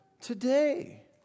today